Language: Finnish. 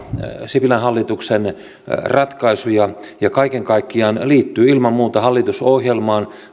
sipilän hallituksen ratkaisuja ja kaiken kaikkiaan liittyy ilman muuta hallitusohjelmaan